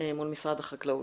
ממשרד החקלאות.